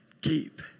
keep